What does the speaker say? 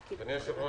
אדוני היושב ראש,